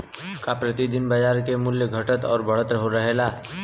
का प्रति दिन बाजार क मूल्य घटत और बढ़त रहेला?